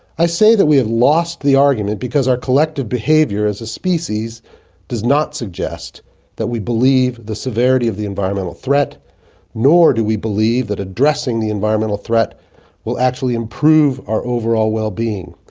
i say that we have lost the argument because our collective behavior as a species does not suggest that we believe the severity of the environmental threat nor do we believe that addressing the environmental threat will actually improve our overall well-being.